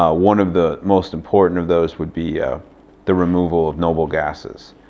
ah one of the most important of those would be ah the removal of noble gases.